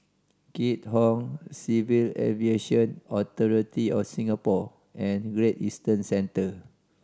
Keat Hong Civil Aviation Authority of Singapore and Great Eastern Centre